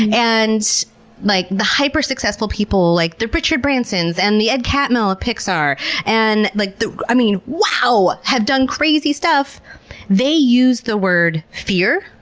and like the hyper-successful people. like the richard bransons and the ed catmulls of pixar and like i mean wow, have done crazy stuff they use the word fear.